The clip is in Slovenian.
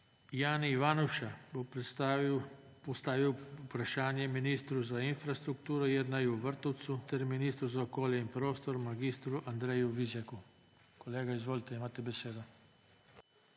Jani Ivanuša bo postavil vprašanje ministru za infrastrukturo Jerneju Vrtovcu ter ministru za okolje in prostor mag. Andreju Vizjaku. Kolega, izvolite, imate besedo.